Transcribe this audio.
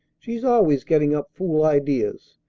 she's always getting up fool ideas.